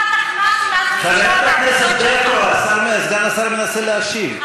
חברת הכנסת ברקו, סגן השר מנסה להשיב.